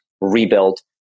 rebuilt